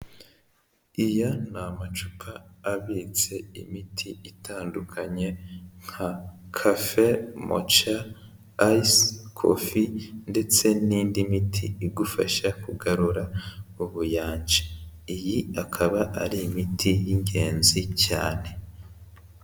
Aya ni amacupa abitse imiti itandukanye nka kafe moca, ayise, kofe, ndetse n'indi miti igufasha kugarura ubuyanja iyi ikaba ari imiti y'ingenzi cyane.